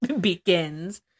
begins